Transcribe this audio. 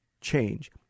change